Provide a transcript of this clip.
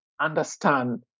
understand